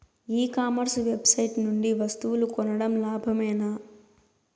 ఈ commerce website నుండి వస్తువులు కొనడం లాభమేనా?